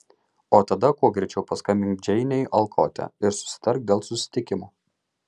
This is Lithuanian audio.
o tada kuo greičiau paskambink džeinei alkote ir susitark dėl susitikimo